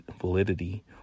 validity